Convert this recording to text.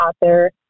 author